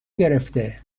گرفته